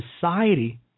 society